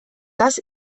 das